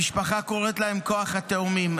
המשפחה קוראת להם "כוח התאומים",